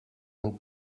and